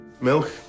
Milk